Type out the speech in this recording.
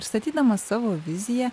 pristatydama savo viziją